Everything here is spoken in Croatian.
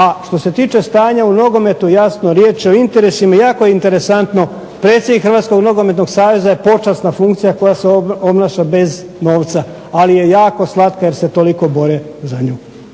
A što se tiče stanja u nogometu, jasno riječ je o interesima, jako je interesantno, predsjednik Hrvatskog nogometnog saveza je počasna funkcija koja se obnaša bez novca, ali je jako slatka jer se toliko bore za nju.